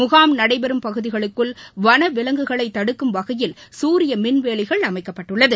முகாம் நடைபெறும் பகுதிகளுக்குள் வனவிவங்குகளைத் தடுக்கும் வகையில் சூரிய மின்வேலிகள் அமைக்கப்பட்டுள்ளது